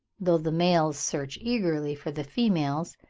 though the males search eagerly for the females,